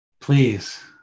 Please